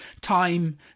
time